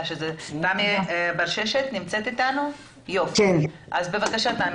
תמי ברששת, בבקשה.